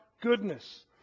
goodness